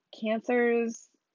cancers